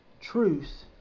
truth